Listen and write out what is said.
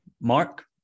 Mark